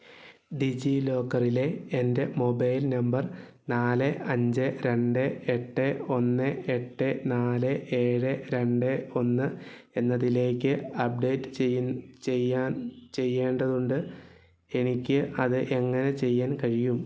ഡിജിലോക്കറിലെ എൻ്റെ mobile number നാല് അഞ്ച് രണ്ട് എട്ട് ഒന്ന് എട്ട് നാല് ഏഴ് രണ്ട് ഒന്ന് എന്നതിലേക്ക് അപ്ഡേറ്റ് ചെയ്യേണ്ടതുണ്ട് എനിക്ക് അത് എങ്ങനെ ചെയ്യാൻ കഴിയും